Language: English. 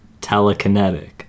telekinetic